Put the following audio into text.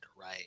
right